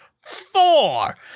Four